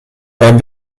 beim